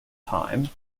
time